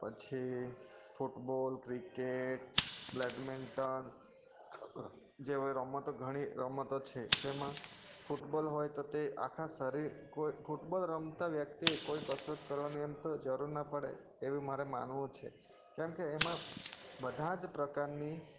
પછી football cricket badminton જેવી રમતો ઘણી રમતો છે જેમાં ફૂટબોલ હોય તો તે આખા શરીર કોઈ ફૂટબોલ રમતા વ્યક્તિ કોઈ કસરત કરવાની એમ તો જરૂર ના પડે એવી મારે માનવું છે કેમ કે એમાં બધાં જ પ્રકારની